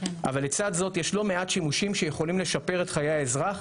אבל לצד זאת יש לא מעט שימושים שיכולים לשפר את חיי האזרח,